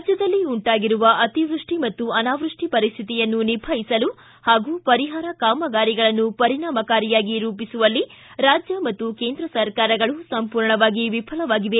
ರಾಜ್ಯದಲ್ಲಿ ಉಂಟಾಗಿರುವ ಅತಿವೃಷ್ಟಿ ಮತ್ತು ಅನಾವೃಷ್ಟಿ ಪರಿಸ್ಥಿತಿಯನ್ನು ನಿಭಾಯಿಸುವಲ್ಲಿ ಹಾಗೂ ಪರಿಹಾರ ಕಾಮಗಾರಿಗಳನ್ನು ಪರಿಣಾಮಕಾರಿಯಾಗಿ ರೂಪಿಸುವಲ್ಲಿ ರಾಜ್ಯ ಮತ್ತು ಕೇಂದ್ರ ಸರ್ಕಾರಗಳು ಸಂಪೂರ್ಣವಾಗಿ ವಿಫಲವಾಗಿವೆ